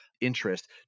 interest